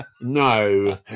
No